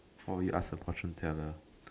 what would you ask a fortune teller